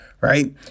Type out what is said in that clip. right